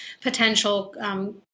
potential